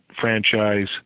franchise